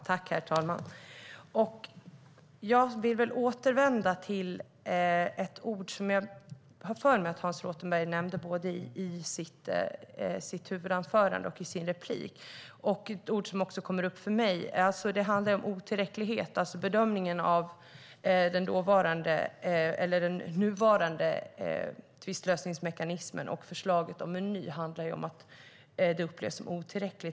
Herr talman! Jag vill återvända till ett ord jag har för mig att Hans Rothenberg nämnde både i sitt huvudanförande och i sin replik. Det är ett ord som också kommer upp för mig, och det är "otillräcklighet". Det handlar om bedömningen av den nuvarande tvistlösningsmekanismen och att förslaget om en ny har att göra med att den upplevs som otillräcklig.